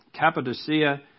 Cappadocia